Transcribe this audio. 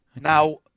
Now